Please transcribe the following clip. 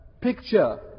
picture